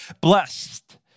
blessed